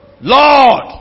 Lord